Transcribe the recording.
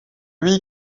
lui